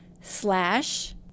slash